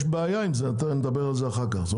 יש בעיה עם זה נדבר על זה אחר כך כלומר